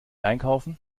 einkaufen